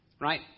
right